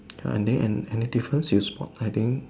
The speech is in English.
and then and any difference you spot hiding